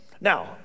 Now